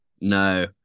No